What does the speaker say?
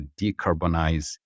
decarbonize